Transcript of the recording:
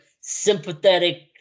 sympathetic